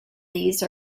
these